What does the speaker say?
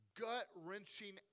gut-wrenching